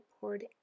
poured